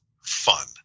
fun